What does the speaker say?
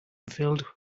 filled